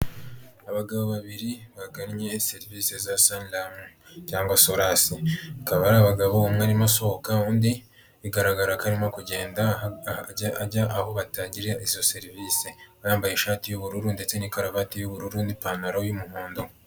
Abagabo babiri bagannye serivisi za salam cyangwa soras ,bakaba ari abagabo umwe arimo asohoka undi bigaragara ko arimo kugenda ajya aho batangira izo serivisi, yambaye ishati y'ubururu ndetse n'ikaruvati y'ubururu n'ipantaro y'umuhondo.